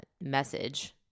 message